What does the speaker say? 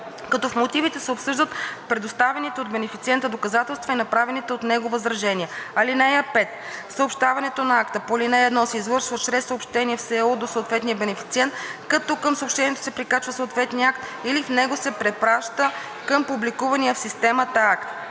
като в мотивите се обсъждат представените от бенефициента доказателства и направените от него възражения. (5) Съобщаването на акта по ал. 1 се извършва чрез съобщение в СЕУ до съответния бенефициент, като към съобщението се прикачва съответният акт или в него се препраща към публикувания в системата акт.